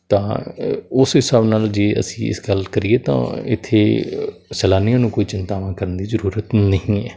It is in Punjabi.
ਤਾਂ ਉਸ ਹਿਸਾਬ ਨਾਲ ਜੇ ਅਸੀਂ ਇਸ ਗੱਲ ਕਰੀਏ ਤਾਂ ਇੱਥੇ ਸੈਲਾਨੀਆਂ ਨੂੰ ਕੋਈ ਚਿੰਤਾਵਾਂ ਕਰਨ ਦੀ ਜ਼ਰੂਰਤ ਨਹੀਂ ਹੈ